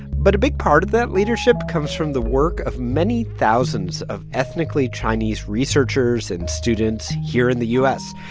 but a big part of that leadership comes from the work of many thousands of ethnically chinese researchers and students here in the u s.